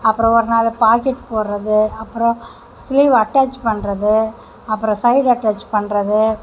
அப்புறம் ஒருநாள் பாக்கெட் போடுவது அப்புறம் ஸ்லீவ் அட்டாச் பண்ணுறது அப்புறம் சைடு அட்டாச் பண்ணுறது